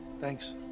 Thanks